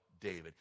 David